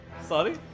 sorry